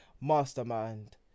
Mastermind